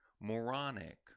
moronic